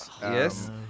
Yes